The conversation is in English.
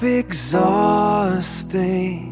exhausting